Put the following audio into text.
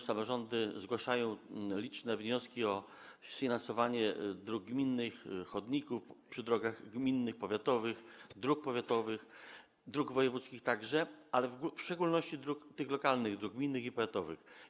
Samorządy zgłaszają liczne wnioski o sfinansowanie dróg gminnych, chodników przy drogach gminnych, powiatowych, dróg powiatowych, także dróg wojewódzkich, ale w szczególności tych dróg lokalnych: gminnych i powiatowych.